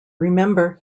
remember